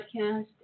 podcast